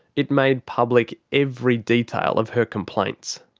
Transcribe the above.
it made public every detail of her complaints.